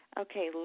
Okay